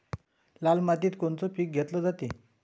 लाल मातीत कोनचं पीक घेतलं जाते?